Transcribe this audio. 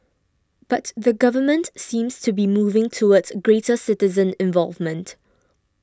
but the government seems to be moving towards greater citizen involvement